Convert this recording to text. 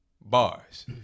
Bars